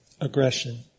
aggression